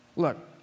Look